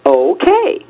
okay